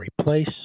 replace